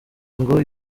ngo